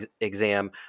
exam